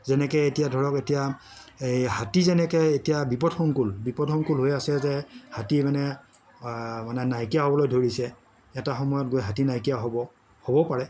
যেনেকে এতিয়া ধৰক এতিয়া এই হাতী যেনেকে এতিয়া বিপদসংকুল বিপদসংকুল হৈ আছে যে হাতী মানে মানে নাইকিয়া হ'বলৈ ধৰিছে এটা সময়ত গৈ হাতী নাইকিয়া হ'ব হ'ব পাৰে